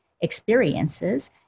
experiences